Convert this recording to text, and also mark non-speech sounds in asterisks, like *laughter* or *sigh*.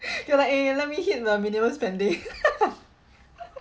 *breath* they are like eh eh let me hit the minimum spending *laughs*